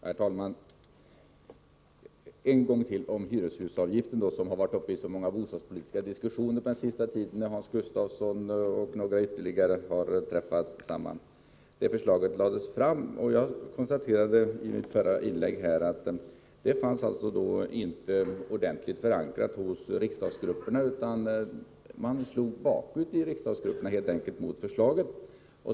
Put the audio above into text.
Herr talman! Jag vill ännu en gång återkomma till hyreshusavgiften, som tagits upp i så många bostadspolitiska diskussioner mellan Hans Gustafsson och andra under den senaste tiden. När det förslaget lades fram var det inte, som jag konstaterade i mitt förra inlägg, ordentligt förankrat hos riksdagsgrupperna. De slog helt enkelt bakut mot förslaget.